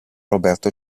roberto